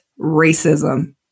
racism